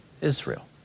Israel